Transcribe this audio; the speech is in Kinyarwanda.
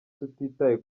tutitaye